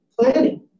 planning